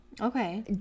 Okay